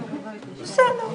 לאחד את סעיפים